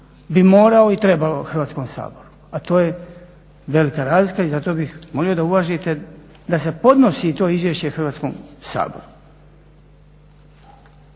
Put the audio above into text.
bi moralo i trebalo Hrvatskom saboru a to je velika razlika i zato bih molio da uvažite da se podnosi to izviješće Hrvatskom saboru.